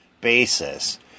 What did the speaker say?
basis